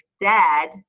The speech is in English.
dad